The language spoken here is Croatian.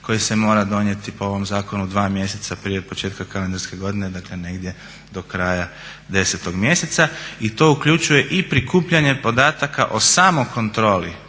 koji se mora donijeti po ovom zakonu 2 mjeseca prije početka kalendarske godine, dakle negdje do kraja 10. mjeseca. To uključuje i prikupljanje podataka o samokontroli